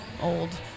old